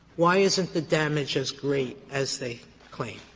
why isn't the damage as great as they claim?